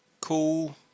Cool